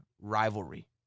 rivalry